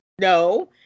No